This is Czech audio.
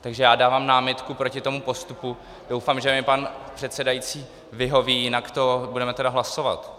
Takže já dávám námitku proti tomu postupu, doufám, že mi pan předsedající vyhoví, jinak to budeme tedy hlasovat.